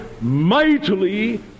mightily